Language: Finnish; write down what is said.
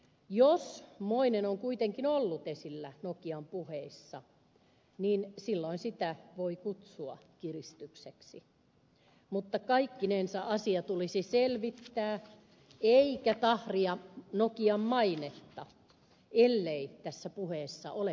jos moinen on kuitenkin ollut esillä nokian puheissa niin silloin sitä voi kutsua kiristykseksi mutta kaikkinensa asia tulisi selvittää eikä tahria nokian mainetta ellei tässä puheessa ole perää